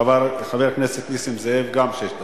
לחבר הכנסת נסים זאב גם שש דקות.